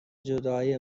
جدایی